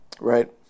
right